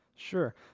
Sure